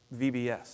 VBS